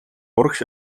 урагш